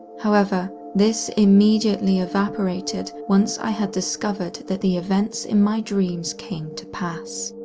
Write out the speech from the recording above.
however, this immediately evaporated once i had discovered that the events in my dreams came to pass.